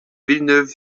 villeneuve